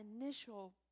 initial